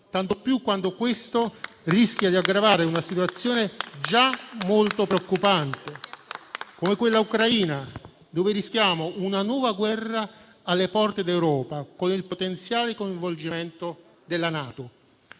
tanto più quando questo può aggravare una situazione già molto preoccupante come quella ucraina, dove rischiamo una nuova guerra alle porte d'Europa con il potenziale coinvolgimento della NATO.